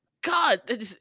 God